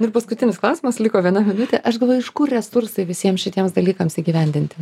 ir paskutinis klausimas liko viena minutė aš galvoju iš kur resursai visiems šitiems dalykams įgyvendinti